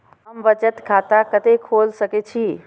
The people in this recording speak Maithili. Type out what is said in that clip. हम बचत खाता कते खोल सके छी?